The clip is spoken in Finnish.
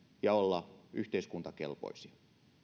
ja olla yhteiskuntakelpoisia